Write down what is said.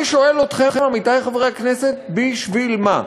אני שואל אתכם, עמיתי חברי הכנסת: בשביל מה?